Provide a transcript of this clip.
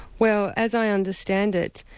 well as i understand it,